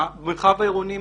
המרחב העירוני,